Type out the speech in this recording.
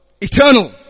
Eternal